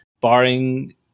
barring